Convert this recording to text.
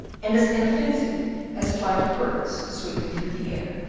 and as inoffensive as a flight of birds sweeping through the air.